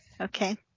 Okay